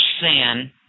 sin